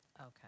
Okay